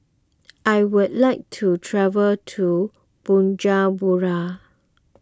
I would like to travel to Bujumbura